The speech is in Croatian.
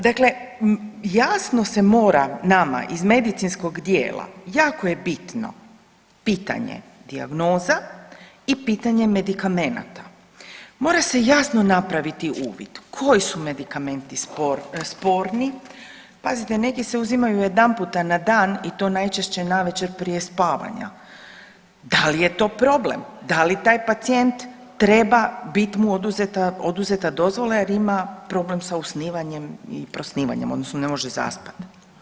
Dakle, jasno se mora nama iz medicinskog dijela jako je bitno pitanje dijagnoza i pitanje medikamenata, mora se jasno napraviti uvid koji su medikamenti sporni, pazite neki se uzimaju jedanputa na dan i to najčešće navečer prije spavanja, da li je to problem, da li taj pacijent treba bit mu oduzeta, oduzeta dozvola jer ima problem sa usnivanjem i prosnivanjem odnosno ne može zaspat.